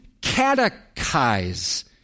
catechize